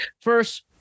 First